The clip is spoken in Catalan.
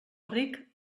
ric